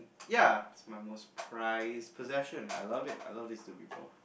ya it's my most prized possession I love it I love these two people